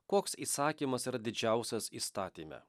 koks įsakymas yra didžiausias įstatyme